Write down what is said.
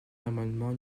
l’amendement